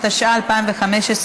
התשע"ה 2015,